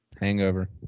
hangover